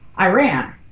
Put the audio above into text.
Iran